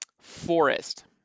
forest